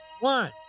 one